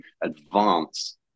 advance